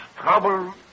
trouble